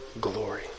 glory